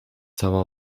cała